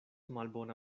malbona